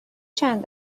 چند